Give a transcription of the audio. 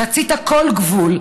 חצית כל גבול,